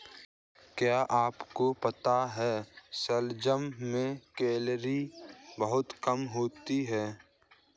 क्या आपको पता है शलजम में कैलोरी बहुत कम होता है?